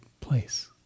place